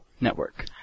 network